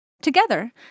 Together